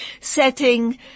setting